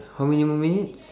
how many more minutes